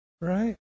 Right